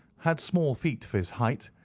had small feet for his height,